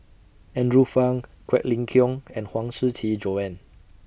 Andrew Phang Quek Ling Kiong and Huang Shiqi Joan